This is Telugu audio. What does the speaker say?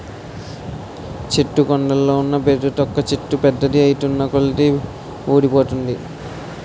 చెట్టు కాండంలో ఉన్న బెరడు తొక్క చెట్టు పెద్దది ఐతున్నకొలది వూడిపోతుంది